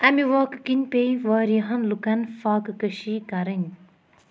امہِ واقعہٕ کِنۍ پیٚیہِ واریاہن لُکن فاقہٕ کٔشی کَرٕنۍ